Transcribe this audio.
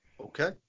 Okay